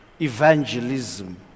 Evangelism